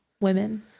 women